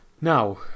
Now